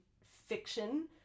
fiction